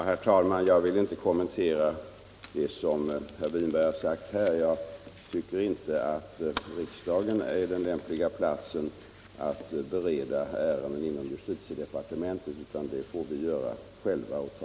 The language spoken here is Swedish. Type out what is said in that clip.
Herr talman! Jag vill inte kommentera vad herr Winberg här har sagt. Jag tycker inte att riksdagen är den lämpliga platsen att bereda ärenden inom justitiedepartementet. Det får vi göra själva.